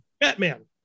Batman